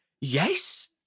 yes